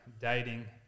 dating